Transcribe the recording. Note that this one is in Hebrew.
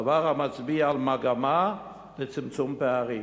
דבר המצביע על מגמה של צמצום פערים.